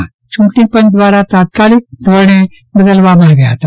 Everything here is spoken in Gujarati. યુંટણીપંચ દ્રારા તાત્કાલિક ધોરણે બદલવામાં આવ્યા હતા